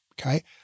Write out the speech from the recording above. okay